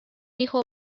hijo